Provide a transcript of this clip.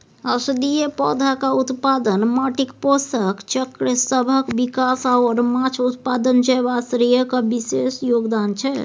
औषधीय पौधाक उत्पादन, माटिक पोषक चक्रसभक विकास आओर माछ उत्पादन जैव आश्रयक विशेष योगदान छै